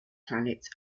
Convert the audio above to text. planet